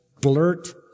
blurt